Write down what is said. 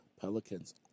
Pelicans